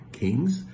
kings